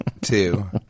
two